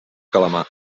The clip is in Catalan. calamar